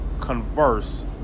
Converse